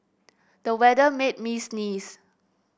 the weather made me sneeze